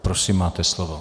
Prosím, máte slovo.